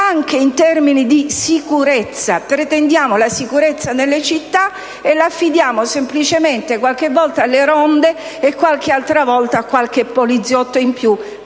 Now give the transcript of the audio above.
senatore Perduca)*. Pretendiamo sicurezza nelle città e la affidiamo semplicemente qualche volta alle ronde e qualche altra volta a un poliziotto in più,